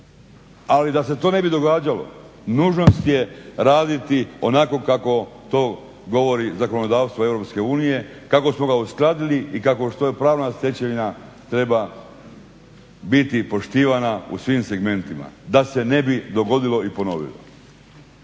Ali da se to ne bi događao, nužnost je raditi onako kako to govori zakonodavstva Europske unije, kako smo ga uskladili i što je pravna stečevina treba biti poštivana u svim segmentima da se ne bi dogodilo i ponovilo.